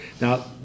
Now